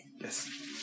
Yes